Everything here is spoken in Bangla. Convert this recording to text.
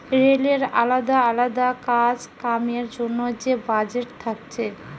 রেলের আলদা আলদা কাজ কামের জন্যে যে বাজেট থাকছে